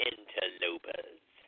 Interlopers